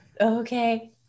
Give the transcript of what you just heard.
okay